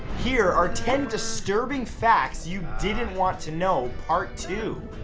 here are ten disturbing facts you didn't want to know part two.